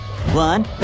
One